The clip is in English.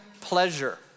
pleasure